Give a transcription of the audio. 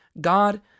God